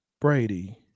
Brady